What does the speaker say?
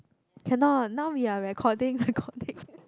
cannot now we are recording recording